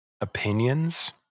opinions